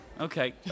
Okay